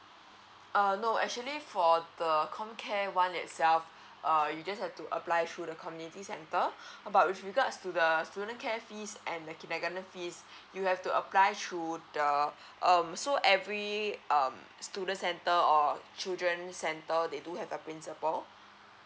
err no actually for the com care one itself err you just have to apply through the community centre but with regards to the student care fees and the kindergarten fees you have to apply through the um so every um student centre or children centre they do have their principal